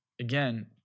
again